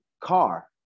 car